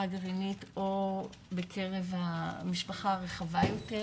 הגרעינית או בקרב המשפחה הרחבה יותר.